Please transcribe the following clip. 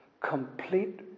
complete